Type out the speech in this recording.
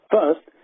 First